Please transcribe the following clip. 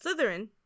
Slytherin